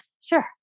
sure